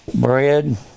Bread